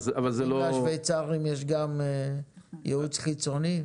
האם לשוויצרים יש גם יעוץ חיצוני?